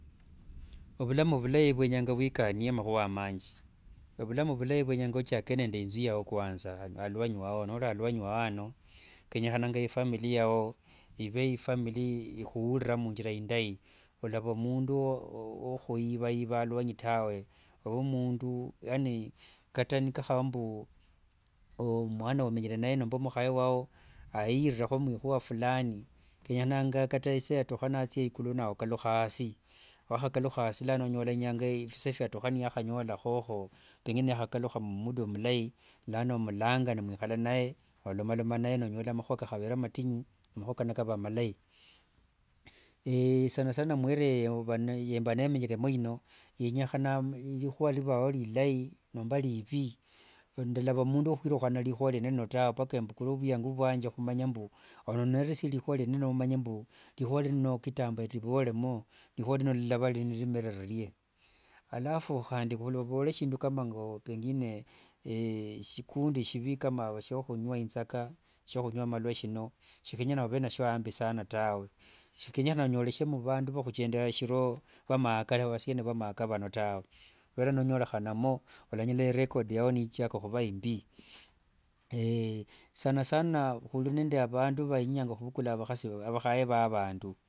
Ovulamu vulai vwenyanga wikanie makhuwa mangi, ovulamu vulai vwenyanga ochake nde inzu yao kwanza aluanyi wawo, nori aluanyi wao ano kenyanga ifamilia yao, i've ifamili ikhurira munjira indai, olava mundu wakhuyivaiva aluanyi tawe, ove mundu yani kata nikakhava mbu mwana womenyere naye nomba mukhaye wao airirekho murikhuwa fulani kenyekhananga, kenyekhananga kata isa ya tukha nathia ekulu nawe okalukha asi, wakhakalukha asi nonyola fise fya atukha niakhanyolakhokho pengine niyakhakalukha mumuda mulai, lano omulanga nimwikhala naye nonyola makhuwa kakhavere matinyu kamala nikava amalayi. sana sana muyerea yamba nemenyeremo ino yenyekhana rikhuwa nirivao rilai nomba rivi ndalava mundu wakhwirukhania rikhuwa rino tawe mpaka embukule vwiyango vwange khumanya mbu ononeresie rikhuwa rindi rino omanye mbu kitambo rivolemo rikhuwa rino rilava nirimerere ririe, rikhuwa rino rilava nirimerere ririe, alafu khandi ovole shindu kama shikundi shivi kama shokhunywa inzaka, shokhunywa malwa shino kenyekhana ove nasho ambi tawe, shikenya onyorekhe muvandu vakhukenda shiro masini kama vano tawe, khuvera nonyorekhanamo walanyola irekodi yao nichaka khuva imbi sana sana khuri nende avandu vainyanga khuvula vakhasi vavandu.